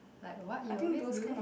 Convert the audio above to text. like what you always do